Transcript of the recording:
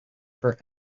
for